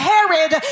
Herod